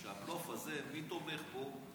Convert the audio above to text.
שהבלוף הזה, מי תומך בו?